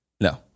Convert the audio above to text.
No